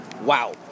Wow